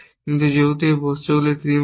কিন্তু যেহেতু এই বস্তুগুলি ত্রিমুখী